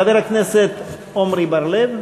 חבר הכנסת עמר בר-לב,